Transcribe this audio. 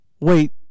wait